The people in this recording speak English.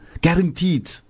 Guaranteed